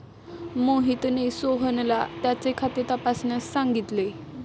मोहितने सोहनला त्याचे खाते तपासण्यास सांगितले